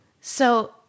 So-